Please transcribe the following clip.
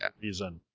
reason